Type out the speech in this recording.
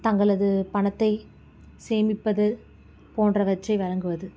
தங்களது பணத்தை சேமிப்பது போன்றவற்றை வழங்குவது